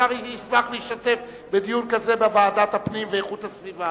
השר ישמח להשתתף בדיון כזה בוועדת הפנים והגנת הסביבה.